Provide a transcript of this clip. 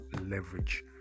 leverage